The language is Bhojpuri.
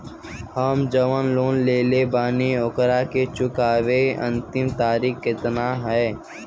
हम जवन लोन लेले बानी ओकरा के चुकावे अंतिम तारीख कितना हैं?